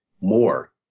more